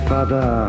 Father